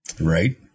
Right